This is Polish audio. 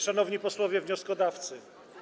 Szanowni Posłowie Wnioskodawcy!